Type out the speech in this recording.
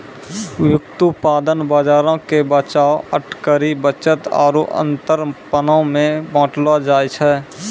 व्युत्पादन बजारो के बचाव, अटकरी, बचत आरु अंतरपनो मे बांटलो जाय छै